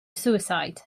suicide